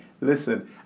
listen